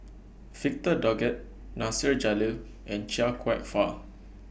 Victor Doggett Nasir Jalil and Chia Kwek Fah